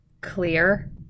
clear